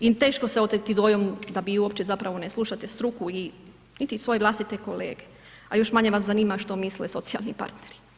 I teško se oteti dojmu da vi uopće zapravo ne slušate struku i niti svoje vlastite kolege a još manje vas zanima što misle socijalni partneri.